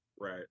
Right